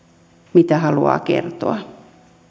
mitä haluaa kertoa